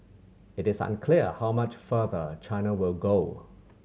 it is unclear how much farther China will go